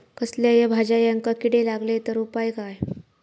कसल्याय भाजायेंका किडे लागले तर उपाय काय?